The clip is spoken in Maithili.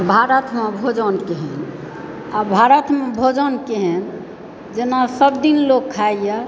भारतमे भोजन केहन भारतमे भोजन केहन जेना सब दिन लोग खाइए